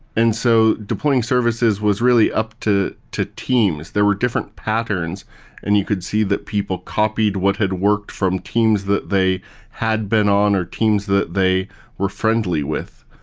and so deploying services was really up to to teams. there were different patterns and you could see that people copied what had worked from teams that they had been on or teams that they were friendly with.